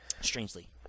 Strangely